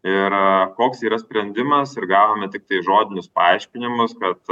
ir koks yra sprendimas ir gavome tiktai žodinius paaiškinimus kad